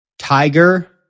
Tiger